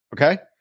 Okay